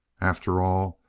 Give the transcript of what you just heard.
after all,